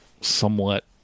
somewhat